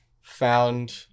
found